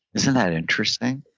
isn't that interesting?